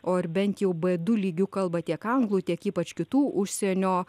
o ar bent jau b du lygiu kalba tiek anglų tiek ypač kitų užsienio